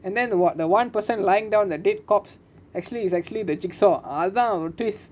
and then the what the one person lying down the dead corpse actually is actually the jigsaw அதா ஒரு:atha oru twist